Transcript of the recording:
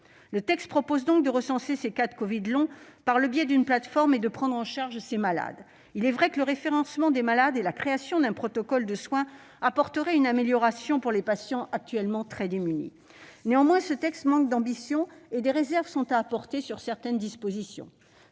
texte propose donc de recenser les cas de covid long par le biais d'une plateforme et de prendre en charge ces malades. Le référencement des malades et la création d'un protocole de soins apporteraient certes une amélioration pour ces patients, actuellement très démunis. Néanmoins, ce texte manque d'ambition, et certaines de ses dispositions